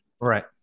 Right